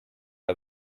are